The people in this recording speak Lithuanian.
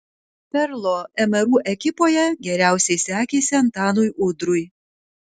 perlo mru ekipoje geriausiai sekėsi antanui udrui